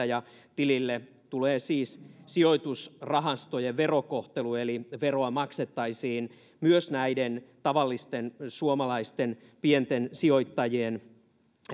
ja tilille tulee siis sijoitusrahastojen verokohtelu eli veroa maksettaisiin myös näiden tavallisten suomalaisten pienten sijoittajien